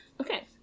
Okay